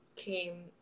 came